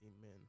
Amen